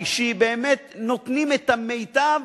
שנותנים את המיטב.